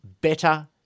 better